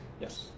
Yes